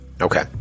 Okay